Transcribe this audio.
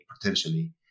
potentially